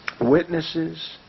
witnesses